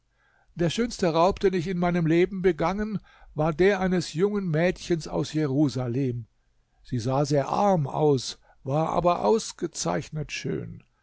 der schönste raub den ich in meinem leben begangen war der eines jungen mädchens aus jerusalem sie sah sehr arm aus war aber ausgezeichnet schön